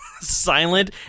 silent